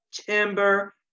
timber